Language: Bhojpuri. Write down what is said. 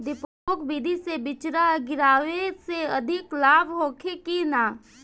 डेपोक विधि से बिचड़ा गिरावे से अधिक लाभ होखे की न?